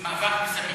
ועדה למאבק בסמים.